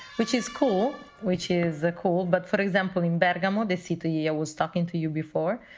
which is cool which is cool but for example, in bergamo, this city, i was talking to you before